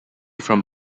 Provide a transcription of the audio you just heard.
from